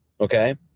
Okay